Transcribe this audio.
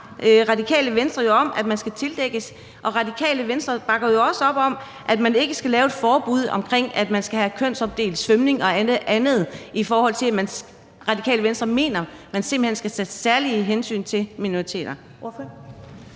Radikale Venstre jo op om, at man skal tildækkes, og Radikale Venstre bakker også op om, at man ikke skal lave et forbud mod, at man skal have kønsopdelt svømning, fordi Radikale Venstre mener, at man simpelt hen skal tage særlige hensyn til minoriteter.